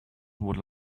would